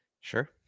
Sure